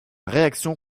réaction